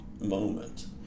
moment